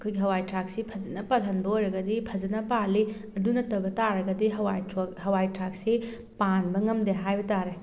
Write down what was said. ꯑꯩꯈꯣꯏꯒꯤ ꯍꯋꯥꯏ ꯊꯔꯥꯛꯁꯤ ꯐꯖꯅ ꯄꯥꯜꯍꯟꯕ ꯑꯣꯏꯔꯒꯗꯤ ꯐꯖꯅ ꯄꯥꯜꯂꯤ ꯑꯗꯨ ꯅꯠꯇꯕ ꯇꯥꯔꯒꯗꯤ ꯍꯋꯥꯏ ꯍꯋꯥꯏ ꯊꯔꯥꯛꯁꯤ ꯄꯥꯟꯕ ꯉꯝꯗꯦ ꯍꯥꯏꯕ ꯇꯥꯔꯦ